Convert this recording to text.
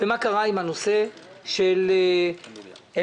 ומה קרה עם הנושא של אמיליה.